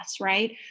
right